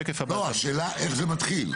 השאלה איך זה מתחיל?